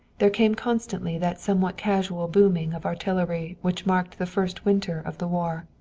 there came constantly that somewhat casual booming of artillery which marked the first winter of the war.